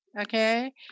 okay